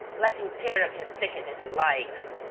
let him tear up his ticket if he likes!